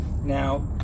Now